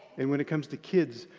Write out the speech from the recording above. and when it comes to kids,